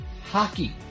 Hockey